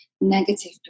negative